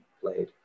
played